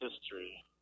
history